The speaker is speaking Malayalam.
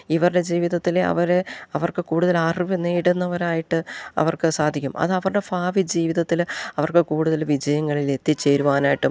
ഇവരുടെ ജീവിതത്തിൽ അവരെ അവർക്ക് കൂടുതൽ അറിവ് നേടുന്നവരായിട്ട് അവർക്ക് സാധിക്കും അത് അവരുടെ ഭാവി ജീവിതത്തിൽ അവർക്ക് കൂടുതൽ വിജയങ്ങളിൽ എത്തിച്ചേരുവാനായിട്ടും